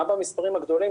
גם במספרים הגדולים,